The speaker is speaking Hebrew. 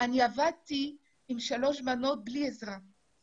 אני עבדתי עם שלוש בנות בלי שתהיה לי עזרה.